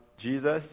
Jesus